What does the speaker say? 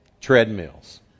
treadmills